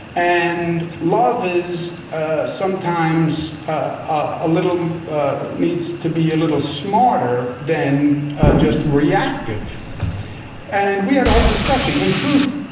and love is ah sometimes a little needs to be a little smarter than just reactive and we had a whole discussion and truth.